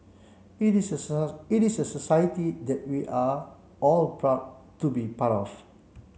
it is a it is a society that we are all proud to be part of